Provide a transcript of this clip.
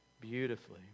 beautifully